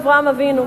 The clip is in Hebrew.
אברהם אבינו.